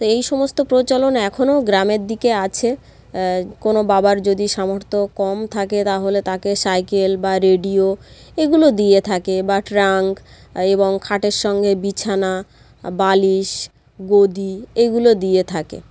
তো এই সমস্ত প্রচলন এখনও গ্রামের দিকে আছে কোনও বাবার যদি সামর্থ্য কম থাকে তাহলে তাকে সাইকেল বা রেডিও এগুলো দিয়ে থাকে বা ট্রাঙ্ক এবং খাটের সঙ্গে বিছানা বালিশ গদি এগুলো দিয়ে থাকে